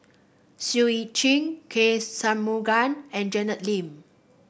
Seah Eu Chin K Shanmugam and Janet Lim